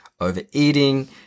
overeating